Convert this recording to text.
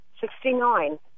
Sixty-nine